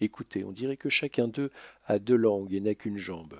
écoutez on dirait que chacun d'eux a deux langues et n'a qu'une jambe